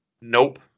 Nope